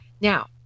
Now